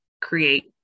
create